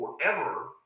forever